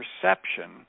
perception